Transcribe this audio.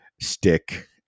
Stick